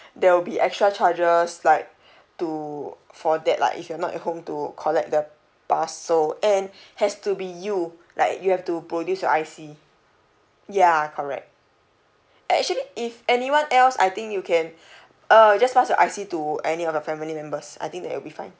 there will be extra charges like to for that like if you're not at home to collect the parcel and has to be you like you have to produce your I_C ya correct actually if anyone else I think you can err just pass your I_C to any of the family members I think that will be fine